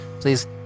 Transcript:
please